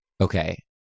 Okay